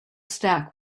stack